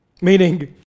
Meaning